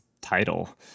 title